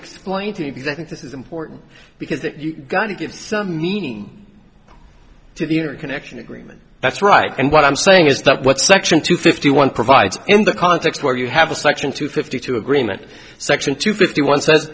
explain to me because i think this is important because that you've got to give some meaning to the inner connection agreement that's right and what i'm saying is that what section two fifty one provides in the context where you have a section two fifty two agreement section two fifty one sa